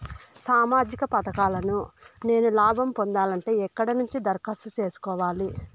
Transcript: సామాజిక పథకాలను నేను లాభం పొందాలంటే ఎక్కడ నుంచి దరఖాస్తు సేసుకోవాలి?